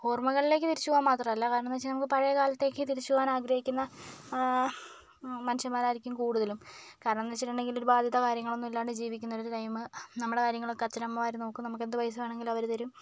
ഓർമകളിലേക്ക് തിരിച്ച് പോവാൻ മാത്രമല്ല കാരണമെന്ന് വെച്ചാൽ നമുക്ക് പഴയ കാലത്തേക്ക് തിരിച്ച് പോവാൻ ആഗ്രഹിക്കുന്ന മനുഷ്യന്മാരായിരിക്കും കൂടുതലും കാരണമെന്ന് വെച്ചിട്ടുണ്ടെങ്കില് ഒര് ബാധ്യത കാര്യങ്ങളൊന്നും ഇല്ലാണ്ട് ജീവിക്കുന്ന ഒരു ടൈമ് നമ്മുടെ കാര്യങ്ങളൊക്കെ അച്ഛൻ അമ്മമാര് നോക്കും നമുക്കെന്ത് പൈസ വേണമെങ്കിലും അവര് തരും